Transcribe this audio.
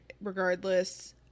regardless